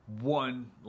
one